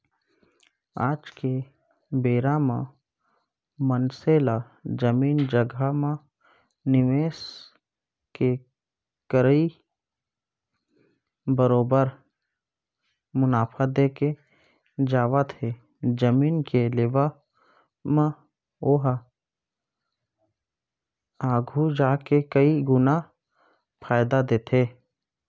आज के बेरा म मनसे ला जमीन जघा म निवेस के करई बरोबर मुनाफा देके जावत हे जमीन के लेवब म ओहा आघु जाके कई गुना फायदा देथे